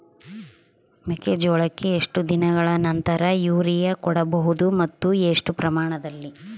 ಮೆಕ್ಕೆಜೋಳಕ್ಕೆ ಎಷ್ಟು ದಿನಗಳ ನಂತರ ಯೂರಿಯಾ ಕೊಡಬಹುದು ಮತ್ತು ಎಷ್ಟು ಪ್ರಮಾಣದಲ್ಲಿ?